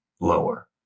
lower